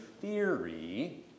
theory